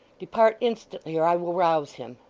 depart instantly, or i will rouse him